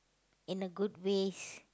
in a good ways